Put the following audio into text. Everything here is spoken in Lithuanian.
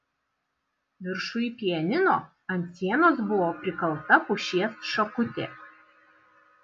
viršuj pianino ant sienos buvo prikalta pušies šakutė